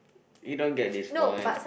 you don't get this point